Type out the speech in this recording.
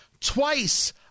Twice